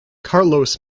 carlos